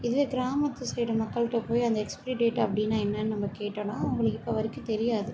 இதுவே கிராமத்து சைடு மக்கள்கிட்ட போய் அந்த எக்ஸ்பிரி டேட்டு அப்படின்னா என்னென்று நம்ம கேட்டோன்னால் அவங்களுக்கு இப்போ வரைக்கும் தெரியாது